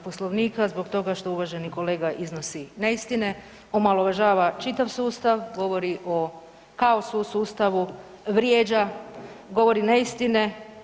Poslovnika zbog toga što uvaženi kolega iznosi neistine, omalovažava čitav sustav, govori o kaosu u sustavu, vrijeđa, govori neistine.